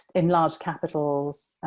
in large capitals